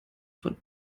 von